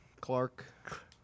Clark